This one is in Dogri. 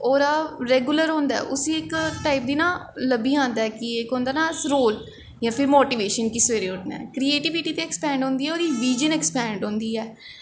ओह्दा रैगुलर होंदा ऐ उसी इक टाईप दी ना लब्भी जंदा ऐ कि इक होंदा ना रोल जां फिर मोटिवेशन कि सवेरे उट्ठने ऐ करियेटिविटी ते ऐकस्पैड होंदी ऐ ओह्दी बिज़न ऐकस्पैड होंदी ऐ